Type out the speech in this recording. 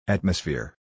Atmosphere